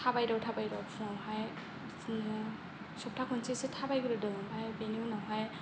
थाबायदाव थाबायदाव फुंआवहाय बिदिनो सप्ताह खनसेसो थाबाय ग्रोदो आमफ्राय बिनि उनावहाय